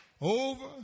Over